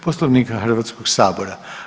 Poslovnika Hrvatskoga sabora.